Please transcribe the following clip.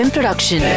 Production